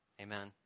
Amen